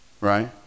right